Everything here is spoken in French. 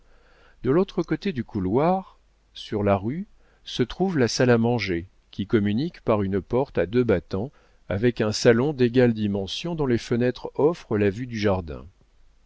de l'autre côté du couloir sur la rue se trouve la salle à manger qui communique par une porte à deux battants avec un salon d'égale dimension dont les fenêtres offrent la vue du jardin